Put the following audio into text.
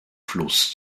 fluss